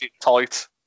tight